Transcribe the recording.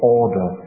order